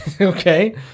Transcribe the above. Okay